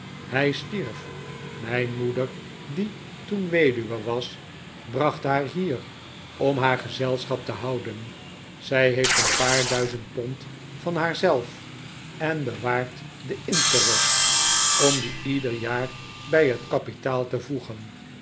hij stierf mijn moeder die toen weduwe was bracht haar hier om haar gezelschap te houden zij heeft een paar duizend pond van haar zelf en bewaart den interest om dien ieder jaar bij het kapitaal te voegen